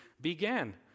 began